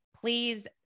please